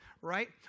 right